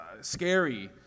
scary